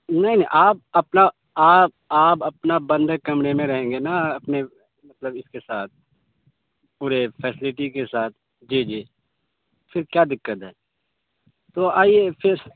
نہیں نہیں آپ اپنا آپ آپ اپنا بندے کمرے میں رہیں گے نا اپنے مطلب اس کے ساتھ پورے فیسلٹی کے ساتھ جی جی پھر کیا دقت ہے تو آئیے پھر